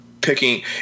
picking